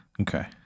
Okay